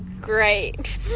great